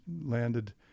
landed